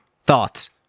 Thoughts